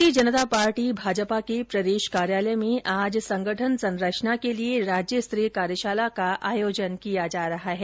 भारतीय जनता पार्टी भाजपा के प्रदेश कार्यालय में आज संगठन संरचना के लिये राज्य स्तरीय कार्यशाला का आयोजन किया जा रहा है